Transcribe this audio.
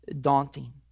daunting